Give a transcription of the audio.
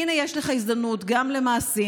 הינה יש לך הזדמנות גם למעשים,